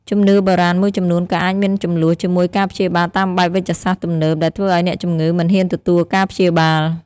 ជំនឿបុរាណមួយចំនួនក៏អាចមានជម្លោះជាមួយការព្យាបាលតាមបែបវេជ្ជសាស្ត្រទំនើប ដែលធ្វើឱ្យអ្នកជំងឺមិនហ៊ានទទួលការព្យាបាល។